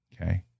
okay